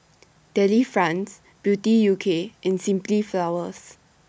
Delifrance Beauty U K and Simply Flowers